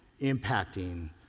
impacting